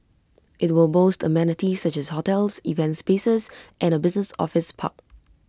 IT will boast amenities such as hotels events spaces and A business office park